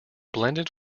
blended